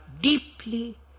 deeply